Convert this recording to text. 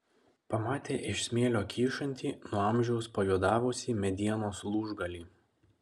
pamatė iš smėlio kyšantį nuo amžiaus pajuodavusį medienos lūžgalį